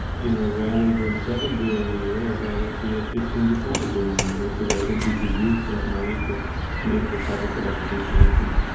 you know, rather than seven billion a year, i'd rather see it fifteen to twenty billion a year because i think we could use that money to make the public health of this nation,